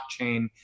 blockchain